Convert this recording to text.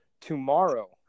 tomorrow